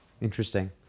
Interesting